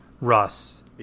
Russ